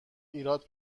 ایراد